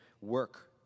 work